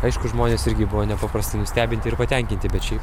aišku žmonės irgi buvo nepaprastai nustebinti ir patenkinti bet šiaip